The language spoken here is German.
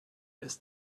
ist